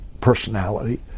personality